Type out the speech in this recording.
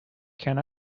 can